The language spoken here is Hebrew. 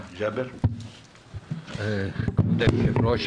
אדוני היושב-ראש,